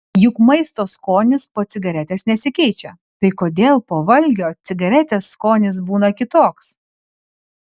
juk maisto skonis po cigaretės nesikeičia tai kodėl po valgio cigaretės skonis būna kitoks